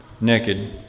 naked